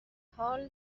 حال